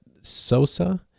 Sosa